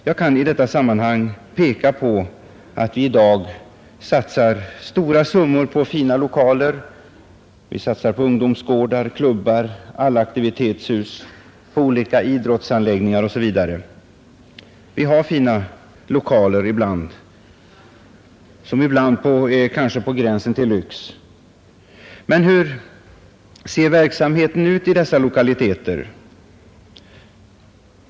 Jag kan i detta sammanhang peka på att vi i dag satsar stora summor på fina lokaler, på ungdomsgårdar, klubbar, allaktivitetshus, olika idrottsanläggningar osv. Vi har fina lokaler, som kanske ibland är på gränsen till lyx. Men hur ser verksamheten ut i dessa lokaliteter?